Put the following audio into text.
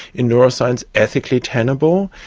in neuroscience ethically tenable?